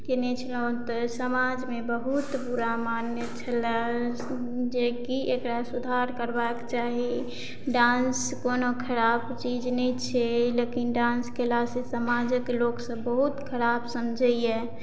केने छलहुँ तऽ समाजमे बहुत बुरा मान्य छल जेकि एकरा सुधार करबाक चाही डांस कोनो खराब चीज नहि छै लेकिन डान्स कयलासँ समाजक लोकसँ बहुत खराब समझइए